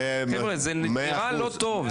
זה נראה לא טוב,